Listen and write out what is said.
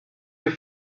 your